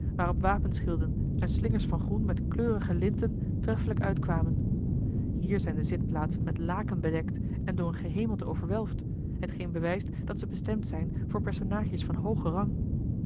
waarop wapenschilden en slingers van groen met kleurige linten treffelijk uitkwamen hier zijn de zitplaatsen met laken bekleed en door een gehemelte overwelfd hetgeen bewijst dat ze bestemd zijn voor personaadjes van hoogen rang